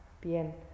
bien